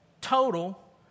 Total